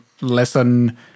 lesson